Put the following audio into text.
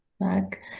back